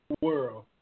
world